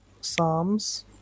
psalms